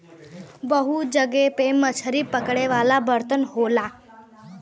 बहुत जगह पे मछरी पकड़े वाला बर्तन होला